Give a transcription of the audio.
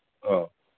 ꯑꯧ